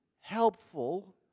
helpful